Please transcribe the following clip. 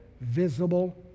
visible